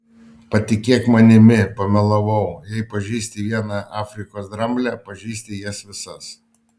patikėk manimi pamelavau jei pažįsti vieną afrikos dramblę pažįsti jas visas